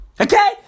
Okay